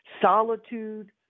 solitude